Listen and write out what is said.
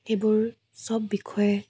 এইবোৰ চব বিষয়ে